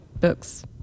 books